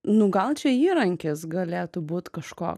nu gal čia įrankis galėtų būt kažkoks